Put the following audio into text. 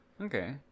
Okay